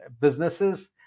businesses